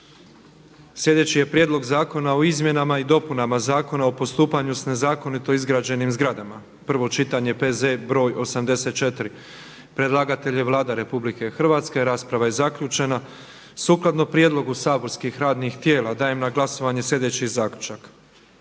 Sljedeći je Prijedlog zakona o usporedivosti naknada, prebacivanju računa za plaćanje i pristupu osnovnom računu, prvo čitanje, P.Z.E. br. 83. Predlagatelj je Vlada Republike Hrvatske. Rasprava je zaključena. Sukladno prijedlogu saborskih radnih tijela dajem na glasovanje sljedeći Zaključak: